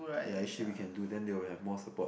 ya actually we can do then they will have more support